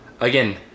Again